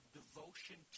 devotion